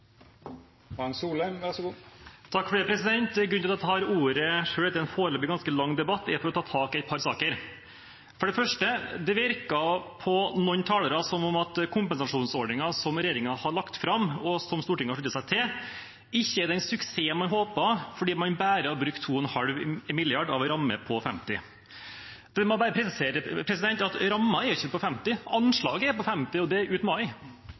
for å ta tak i et par saker. For det første: Det virker på noen talere som at kompensasjonsordningen regjeringen har lagt fram, og som Stortinget har sluttet seg til, ikke er den suksessen man håpet, fordi man bare har brukt 2,5 mrd. kr av en ramme på 50 mrd. kr. Da må jeg bare presisere at rammen er ikke på 50 mrd. kr, anslaget er på 50 mrd. kr, og det er ut mai.